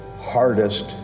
hardest